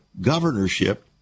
governorship